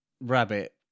rabbit